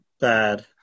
Bad